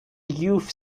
youth